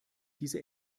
diese